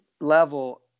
level –